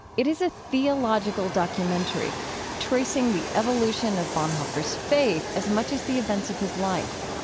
it is a theological documentary tracing the evolution of bonhoeffer's faith as much as the events of his life.